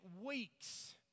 weeks